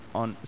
on